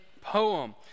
poem